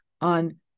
on